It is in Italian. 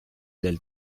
del